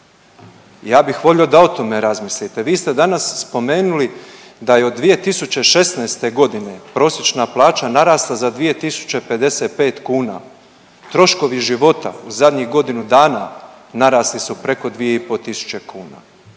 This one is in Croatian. Ja bih volio da o tome razmislite, vi ste danas spomenuli da je od 2016.g. prosječna plaća narasla za 2.055 kuna, troškovi života u zadnjih godinu dana narasli su preko 2.500 kuna,